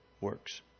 works